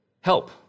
help